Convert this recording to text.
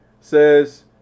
says